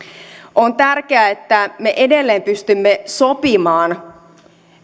on tärkeää että me edelleen pystymme sopimaan